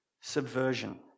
subversion